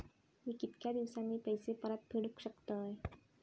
मी कीतक्या दिवसांनी पैसे परत फेडुक शकतय?